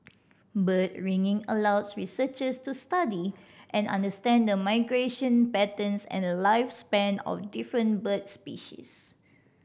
bird ringing allows researchers to study and understand the migration patterns and lifespan of different bird species